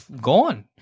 gone